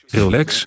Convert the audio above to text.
relax